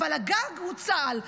אבל הגג הוא צה"ל,